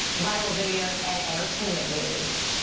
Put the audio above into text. viral videos and entertainment news.